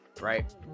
right